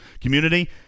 Community